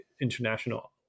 international